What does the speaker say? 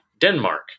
Denmark